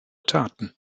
taten